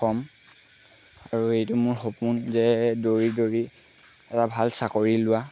হ'ম আৰু এইটো মোৰ সপোন যে দৌৰি দৌৰি এটা ভাল চাকৰি লোৱা